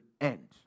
end